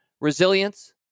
resilience